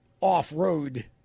off-road